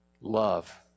Love